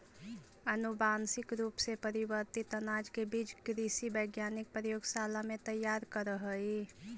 अनुवांशिक रूप से परिवर्तित अनाज के बीज कृषि वैज्ञानिक प्रयोगशाला में तैयार करऽ हई